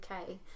okay